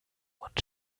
und